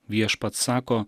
viešpats sako